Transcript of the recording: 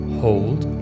hold